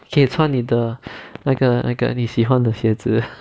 可以穿你的那个那个你喜欢穿的鞋子